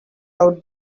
out